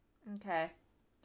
mm kay